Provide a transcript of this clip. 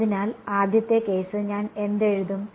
അതിനാൽ ആദ്യത്തെ കേസ് ഞാൻ എന്ത് എഴുതും